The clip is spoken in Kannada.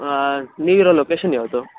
ನೀವಿರೋ ಲೊಕೇಶನ್ ಯಾವುದು